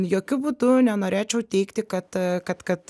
jokiu būdu nenorėčiau teigti kad kad kad